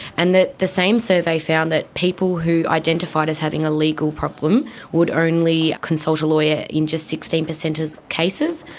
and the the same survey found that people who identified as having a legal problem would only consult a lawyer in just sixteen percent of cases,